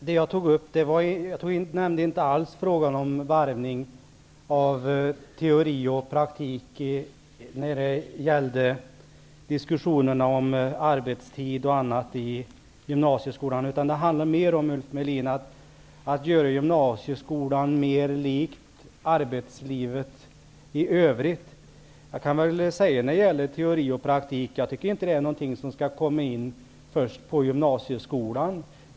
Herr talman! Jag nämnde inte alls frågan om varvning av teori och praktik när det gällde diskussionerna om arbetstid och annat i gymnasieskolan. Det handlar mer om att göra gymnasieskolan mer lik arbetslivet i övrigt, Ulf Jag menar att varvning av teori och praktik inte skall komma in först på gymnasieskolan.